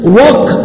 walk